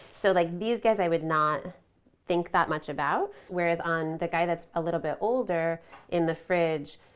so, like these guys i would not think that much about. whereas on the guy that's a little bit older in the fridge,